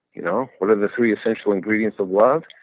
you know what are the three essential ingredients to love,